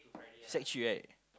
sec-three right